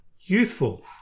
youthful